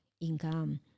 income